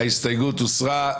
ההסתייגות הוסרה.